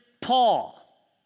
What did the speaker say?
Paul